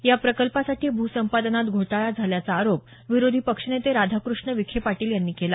या प्रकल्पासाठी भूसंपादनात घोटाळा झाल्याचा आरोप विरोधी पक्षनेते राधाकृष्ण विखे पाटील यांनी केला